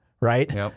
Right